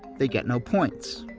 they get no points